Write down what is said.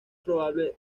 probable